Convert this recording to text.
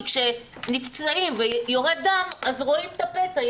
כי כשנפצעים ויורד דם אז רואים את הפצע,